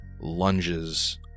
lunges